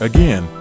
Again